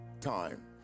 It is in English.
time